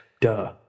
duh